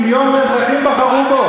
מיליון אזרחים בחרו בו.